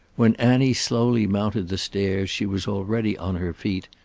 when annie slowly mounted the stairs she was already on her feet,